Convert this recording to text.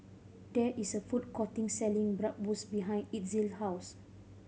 there is a food courting selling Bratwurst behind Itzel's house